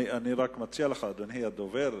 אני מציע לך, אדוני הדובר,